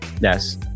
Yes